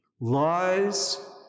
lies